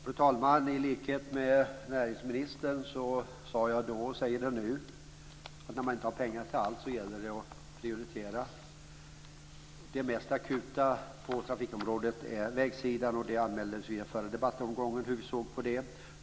Fru talman! I likhet med näringsministern har jag sagt, och jag upprepar det nu, att när man inte har pengar till allt gäller det att prioritera. Det mest akuta på trafikområdet är vägsidan. I förra debattomgången anmäldes hur vi ser på det.